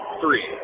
Three